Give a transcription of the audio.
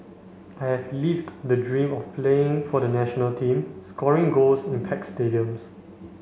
I have lived the dream of playing for the national team scoring goals in packed stadiums